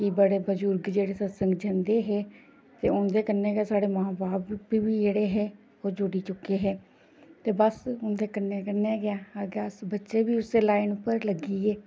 कि बड़े बजुर्ग जेह्ड़े सतसंग जंदे हे ते उं'दे कन्नै गै साढ़े मां बाप बी जेह्ड़े हे ओह् जुड़ी चुके हे ते बस उं'दे कन्नै कन्नै गै अग्गें अस बच्चे बी उस्सै लाइन पर लग्गी गे